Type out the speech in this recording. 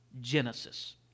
Genesis